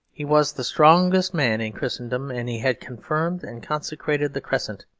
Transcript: he was the strongest man in christendom and he had confirmed and consecrated the crescent.